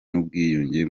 n’ubwiyunge